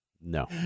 No